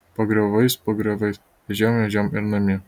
pagrioviais pagrioviais ežiom ežiom ir namie